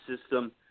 system